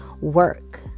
work